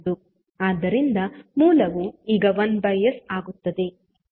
ಆದ್ದರಿಂದ ಮೂಲವು ಈಗ 1𝑠 ಆಗುತ್ತದೆ